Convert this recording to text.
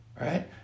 Right